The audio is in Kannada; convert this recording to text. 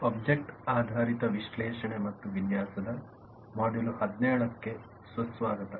ಆಬ್ಜೆಕ್ಟ್ ಆಧಾರಿತ ವಿಶ್ಲೇಷಣೆ ಮತ್ತು ವಿನ್ಯಾಸದ ಮಾಡ್ಯೂಲ್ 17 ಗೆ ಸುಸ್ವಾಗತ